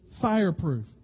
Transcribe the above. fireproof